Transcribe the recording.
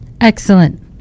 excellent